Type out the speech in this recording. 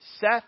Seth